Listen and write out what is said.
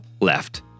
left